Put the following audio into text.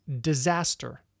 disaster